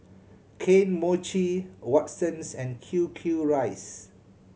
Kane Mochi Watsons and Q Q Rice